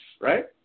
right